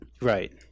right